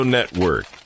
Network